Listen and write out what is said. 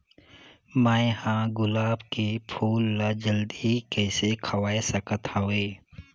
मैं ह गुलाब के फूल ला जल्दी कइसे खवाय सकथ हवे?